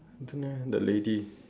I don't know eh the lady